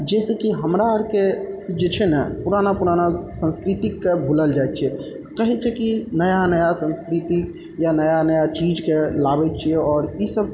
जइ से की हमरा आरके जे छै ने पुराना पुराना संस्कृतिके भुलल जाइ छियै कहै छै कि नया नया संस्कृति या नया नया चीजके लाबै छियै आओर इसब